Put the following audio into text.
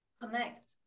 connect